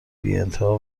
بیانتها